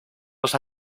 los